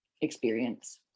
experience